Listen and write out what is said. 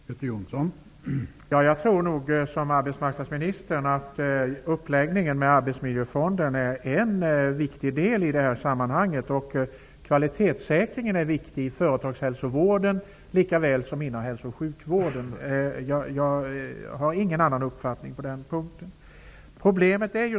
Herr talman! Jag tror nog, liksom arbetsmarknadsministern, att uppläggningen med Arbetsmiljöfonden är en viktig del i detta sammanhang. Kvalitetssäkringen är viktig i företagshälsovården lika väl som inom hälso och sjukvården. Jag har ingen annan uppfattning på den punkten.